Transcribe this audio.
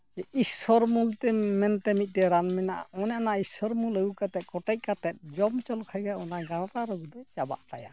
ᱡᱮ ᱤᱥᱥᱚᱨᱢᱩᱞ ᱢᱮᱱᱛᱮ ᱢᱤᱫᱴᱮᱱ ᱨᱟᱱ ᱢᱮᱱᱟᱜᱼᱟ ᱚᱱᱮ ᱚᱱᱟ ᱤᱥᱥᱚᱨ ᱢᱩᱞ ᱟᱹᱜᱩ ᱠᱟᱛᱮ ᱠᱚᱴᱮᱡ ᱠᱟᱛᱮ ᱡᱚᱢ ᱦᱚᱪᱚ ᱞᱮᱠᱚ ᱠᱷᱟᱱ ᱜᱮ ᱚᱱᱟ ᱜᱟᱸᱰᱨᱟ ᱨᱳᱜᱽ ᱫᱚ ᱪᱟᱵᱟᱜ ᱛᱟᱭᱟ